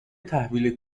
تحویل